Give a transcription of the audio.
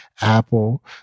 Apple